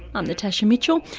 i'm natasha mitchell.